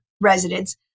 residents